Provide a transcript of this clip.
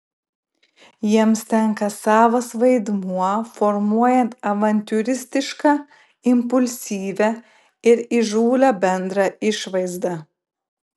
jiems tenka savas vaidmuo formuojant avantiūristišką impulsyvią ir įžūlią bendrą išvaizdą